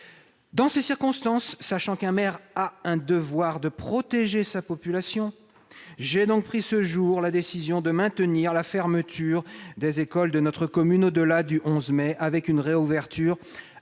Dans ces circonstances, sachant qu'un maire a un devoir de protéger sa population, j'ai pris ce jour la décision de maintenir la fermeture des écoles de notre commune au-delà du 11 mai, avec une réouverture